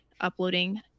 uploading